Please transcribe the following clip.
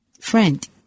Friend